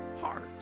heart